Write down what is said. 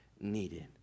needed